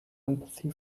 empathy